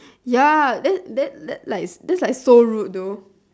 ya that's that's that's like so rude though